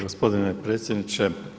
Gospodine predsjedniče.